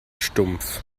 stumpf